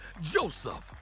Joseph